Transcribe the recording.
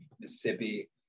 Mississippi